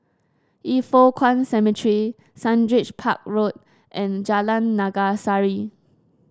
Yin Foh Kuan Cemetery Sundridge Park Road and Jalan Naga Sari